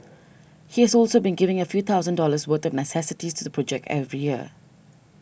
he is also been giving a few thousand dollars worth of necessities to the project every year